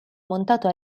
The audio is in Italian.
montato